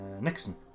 Nixon